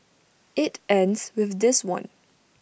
IT ends with this one